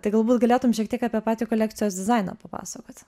tai galbūt galėtum šiek tiek apie patį kolekcijos dizainą papasakot